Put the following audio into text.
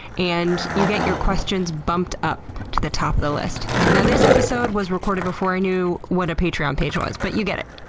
and you get your questions bumped up to the top of the list. now, this episode was recorded before i knew what a patreon page was, but you get it,